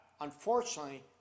Unfortunately